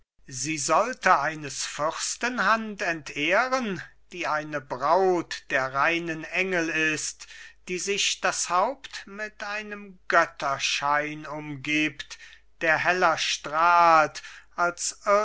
sie sollte eines fürsten hand entehren die eine braut der reinen engel ist die sich das haupt mit einem götterschein umgibt der heller strahlt als